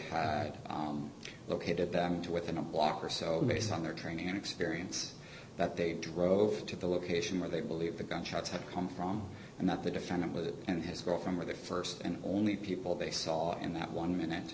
had located them to within a block or so based on their training and experience that they drove to the location where they believe the gunshots had come from and that the defendant was and his girlfriend were the st and only people they saw in that one minute